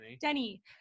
Denny